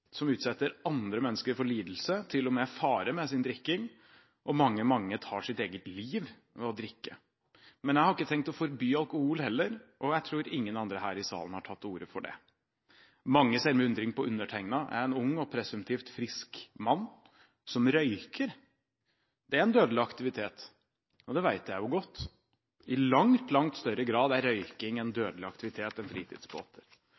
som utsetter andre mennesker for lidelse og til og med fare med sin drikking, og mange tar sitt eget liv ved å drikke. Men jeg har ikke tenkt å forby alkohol heller, og jeg tror ingen andre her i salen har tatt til orde for det. Mange ser med undring på meg. Jeg er en ung og presumtivt frisk mann som røyker. Det er en dødelig aktivitet, og det vet jeg godt. I langt større grad er røyking en dødelig aktivitet enn fritidsbåter.